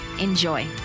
Enjoy